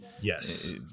Yes